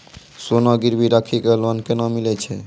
सोना गिरवी राखी कऽ लोन केना मिलै छै?